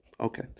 Okay